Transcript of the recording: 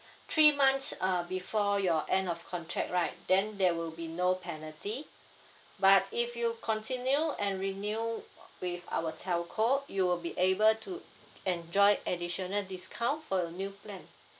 three months uh before your end of contract right then there will be no penalty but if you continue and renew with our telco you will be able to enjoy additional discount for your new plan